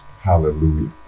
Hallelujah